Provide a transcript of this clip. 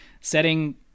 setting